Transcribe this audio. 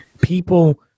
People